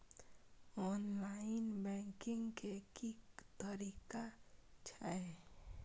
Online banking के की तरीका छै?